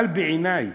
אבל, בעיני,